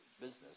business